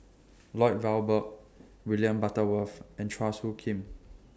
Lloyd Valberg William Butterworth and Chua Soo Khim